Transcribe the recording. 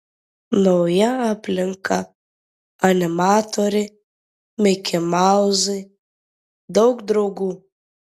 nauja aplinka animatoriai mikimauzai daug draugų